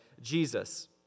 Jesus